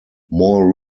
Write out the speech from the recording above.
more